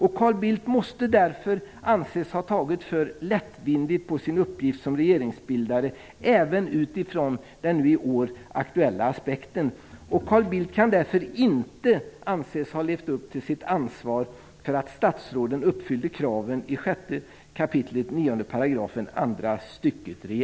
Carl Bildt måste därför anses ha tagit för lättvindigt på sin uppgift som regeringsbildare även utifrån den i år aktuella aspekten. Carl Bildt kan därför inte anses att ha levt upp till sitt ansvar för att statsråden uppfyllde kraven i 6 kap. 9 § 2